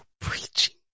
preaching